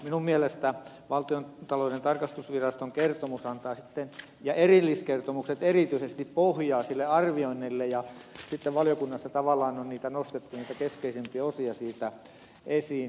minun mielestäni valtiontalouden tarkastusviraston kertomus ja erilliskertomukset erityisesti antavat pohjaa sille arvioinnille ja sitten valiokunnassa on tavallaan nostettu niitä keskeisimpiä osia esiin